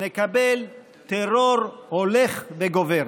נקבל טרור הולך וגובר.